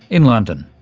in london.